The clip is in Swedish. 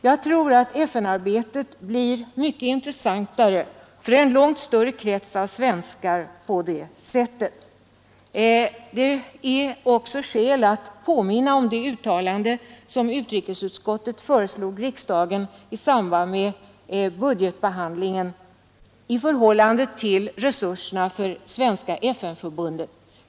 Jag tror att FN-arbetet på det sättet blir mycket intressantare för en långt större krets av svenskar. Det är också skäl att påminna om det uttalande som utrikesutskottet föreslog riksdagen i samband med budgetbehandlingen rörande resurserna för Svenska FN-förbundet.